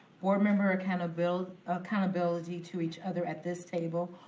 board member accountability accountability to each other at this table,